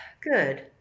Good